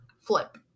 flip